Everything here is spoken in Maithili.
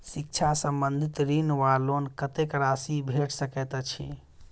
शिक्षा संबंधित ऋण वा लोन कत्तेक राशि भेट सकैत अछि?